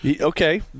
Okay